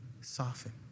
soften